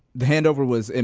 the handover was, and